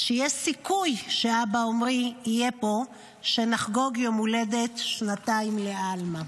שיש סיכוי שאבא עמרי יהיה פה כשנחגוג יום הולדת שנתיים לעלמא.